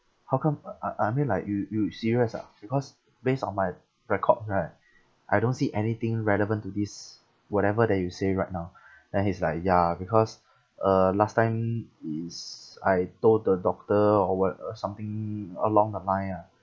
how come uh uh I uh mean like you you serious ah because based on my record right I don't see anything relevant to this whatever that you say right now and he's like ya because uh last time is I told the doctor or what or something along the line ah